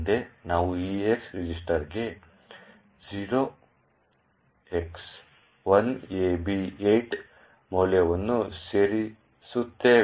ಮುಂದೆ ನಾವು EAX ರಿಜಿಸ್ಟರ್ಗೆ 0x1AB8 ಮೌಲ್ಯವನ್ನು ಸೇರಿಸುತ್ತೇವೆ